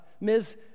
Ms